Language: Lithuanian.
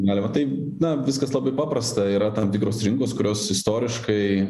galima taip na viskas labai paprasta yra tam tikros rinkos kurios istoriškai